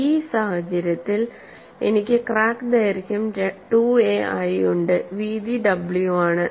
ഈ സാഹചര്യത്തിൽ എനിക്ക് ക്രാക്ക് ദൈർഘ്യം 2a ആയി ഉണ്ട് വീതി w ആണ്